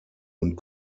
und